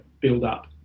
build-up